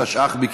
התשע"ח 2018,